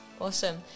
Awesome